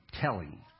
telling